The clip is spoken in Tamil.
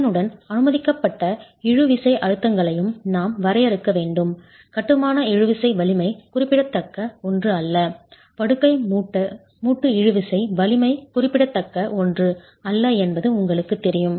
அதனுடன் அனுமதிக்கப்பட்ட இழுவிசை அழுத்தங்களையும் நாம் வரையறுக்க வேண்டும் கட்டுமான இழுவிசை வலிமை குறிப்பிடத்தக்க ஒன்று அல்ல படுக்கை மூட்டு இழுவிசை வலிமை குறிப்பிடத்தக்க ஒன்று அல்ல என்பது உங்களுக்குத் தெரியும்